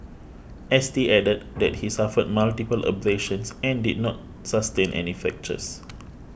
S T added that he suffered multiple abrasions and did not sustain any fractures